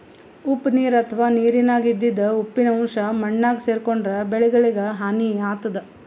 ಉಪ್ಪ್ ನೀರ್ ಅಥವಾ ನೀರಿನ್ಯಾಗ ಇದ್ದಿದ್ ಉಪ್ಪಿನ್ ಅಂಶಾ ಮಣ್ಣಾಗ್ ಸೇರ್ಕೊಂಡ್ರ್ ಬೆಳಿಗಳಿಗ್ ಹಾನಿ ಆತದ್